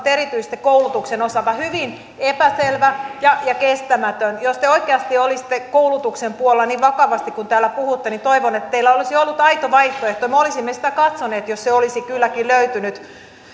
erityisesti koulutuksen osalta hyvin epäselvä ja ja kestämätön jos te oikeasti olisitte koulutuksen puolella niin vakavasti kuin täällä puhutte niin toivon että teillä olisi ollut aito vaihtoehto me olisimme sitä katsoneet jos se olisi kylläkin löytynyt